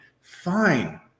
fine